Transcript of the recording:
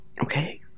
Okay